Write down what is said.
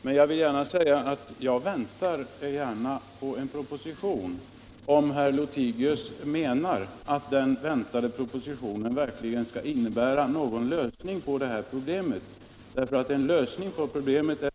Men jag vill säga att jag gärna väntar på en proposition, om herr Lothigius menar att den propositionen verkligen skall innebära någon lösning på det här problemet. En lösning på problemet är nödvändig, och det är, herr Lothigius, bråttom med den.